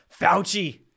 Fauci